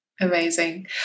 Amazing